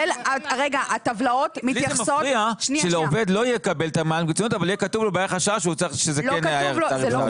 לי מפריע שעובד לא יקבל את המענק אבל יהיה כתוב לו שזה כן ערך שעה שלו.